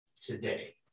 Today